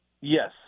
Yes